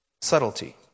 Subtlety